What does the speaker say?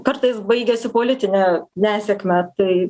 kartais baigiasi politine nesėkme tai